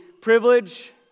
privilege